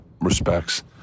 respects